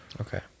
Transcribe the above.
Okay